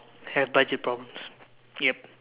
have budget problems yup